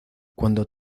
cuando